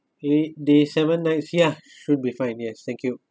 eight days seven nights ya should be fine yes thank you